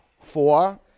four